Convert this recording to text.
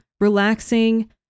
relaxing